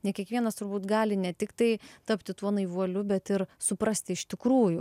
ne kiekvienas turbūt gali ne tiktai tapti tuo naivuoliu bet ir suprasti iš tikrųjų